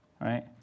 Right